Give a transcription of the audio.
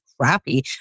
crappy